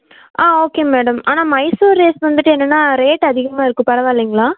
ஆ okay madam ஆனால் Mysore rose வந்துட்டு என்னென்னா ரேட் அதிகமாக இருக்கும் பரவாயில்லைங்களா